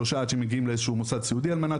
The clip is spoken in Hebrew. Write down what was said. שלושה עד שמגיעים לאיזשהו מוסד סיעודי על מנת